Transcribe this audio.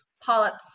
polyps